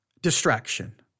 Distraction